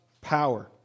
power